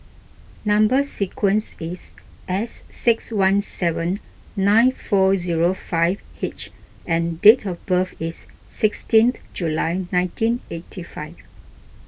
Number Sequence is S six one seven nine four zero five H and date of birth is sixteen July nineteen eighty five